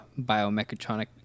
biomechatronic